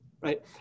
Right